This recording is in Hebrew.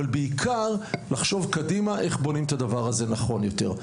ובעיקר לחשוב קדימה איך בונים את הדבר הזה נכון יותר.